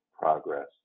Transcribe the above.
progress